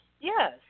Yes